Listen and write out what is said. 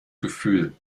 gefühl